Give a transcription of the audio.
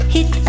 Hit